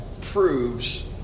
proves